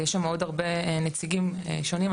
ויש שם עוד הרבה נציגים שונים,